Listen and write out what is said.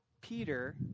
Peter